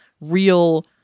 real